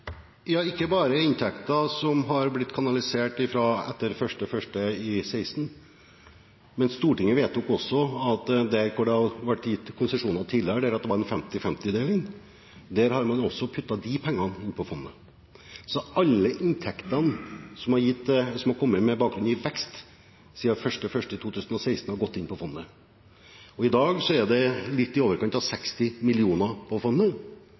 Ja, ikke bare inntekter som er blitt kanalisert etter 1. januar 2016, Stortinget vedtok at også at der det er blitt gitt konsesjoner tidligere, der det var en 50–50-deling, skulle man putte pengene inn i fondet. Så alle inntektene som har kommet med bakgrunn i vekst siden 1. januar 2016, har gått inn i fondet. I dag er det litt i overkant av 60 mill. kr i fondet.